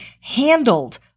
handled